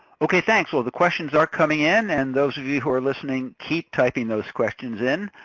okay, thanks. well the questions are coming in, and those of you who are listening, keep typing those questions in.